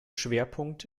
schwerpunkt